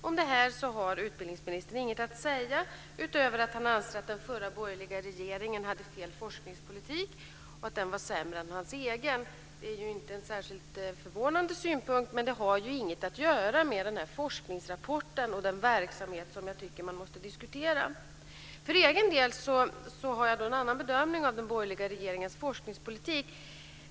Om detta har utbildningsministern inget att säga, utöver att han anser att den förra borgerliga regeringen hade fel forskningspolitik och att den var sämre än hans egen. Det är inte en särskilt förvånande synpunkt, men det har ju inget att göra med den här forskningsrapporten och den verksamhet som jag tycker att man måste diskutera. För egen del gör jag en annan bedömning av den borgerliga regeringens forskningspolitik.